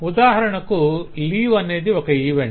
ఉదాహరణకు లీవ్ అనేది ఒక ఈవెంట్